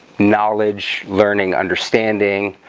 knowledge learning understanding